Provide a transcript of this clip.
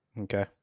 Okay